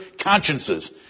consciences